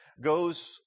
goes